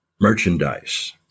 merchandise